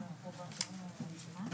12:14.